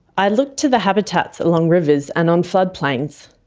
i looked to the habitats along rivers and on floodplains.